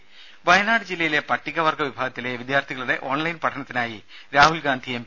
രേര വയനാട് ജില്ലയിലെ പട്ടികവർഗ വിഭാഗത്തിലെ വിദ്യാർത്ഥികളുടെ ഓൺലൈൻ പഠനത്തിനായി രാഹുൽ ഗാന്ധി എം